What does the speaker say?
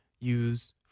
use